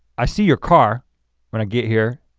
i see your car when i get here,